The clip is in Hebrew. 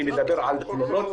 אני מדבר על תלונות